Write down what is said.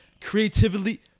creatively